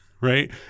right